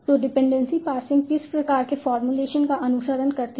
तो dependency parsing किस प्रकार के फॉर्मूलेशन का अनुसरण करती है